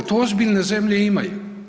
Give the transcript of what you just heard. To ozbiljne zemlje imaju.